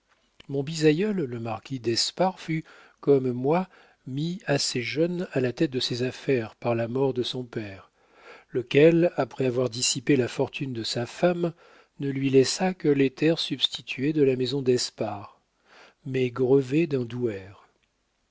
mon bisaïeul le marquis d'espard fut comme moi mis assez jeune à la tête de ses affaires par la mort de son père lequel après avoir dissipé la fortune de sa femme ne lui laissa que les terres substituées de la maison d'espard mais grevées d'un douaire